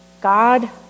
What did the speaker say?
God